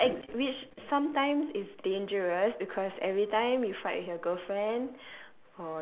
which ex~ which sometimes it's dangerous because every time you fight with your girlfriend